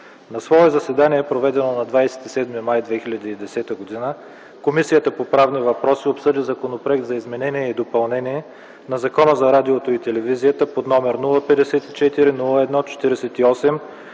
На свое заседание, проведено на 27 май 2010 г., Комисията по правни въпроси обсъди Законопроект за изменение и допълнение на Закона за радиото и телевизията, № 054-01-48,